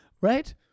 right